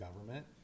government